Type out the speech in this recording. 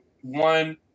one